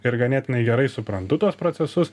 ir ganėtinai gerai suprantu tuos procesus